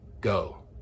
go